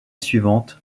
suivante